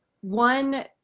one